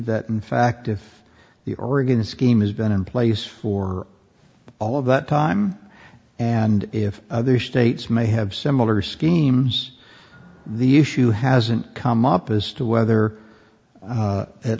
that in fact if the oregon scheme has been in place for all of that time and if other states may have similar schemes the issue hasn't come up as to whether